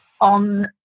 on